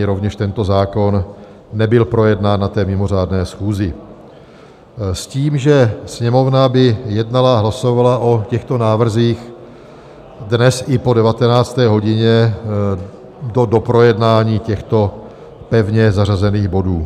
Rovněž tento zákon nebyl projednán na mimořádné schůzi, s tím, že Sněmovna by jednala a hlasovala o těchto návrzích dnes i po 19. hodině do doprojednání těchto pevně zařazených bodů.